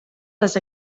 les